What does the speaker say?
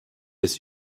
des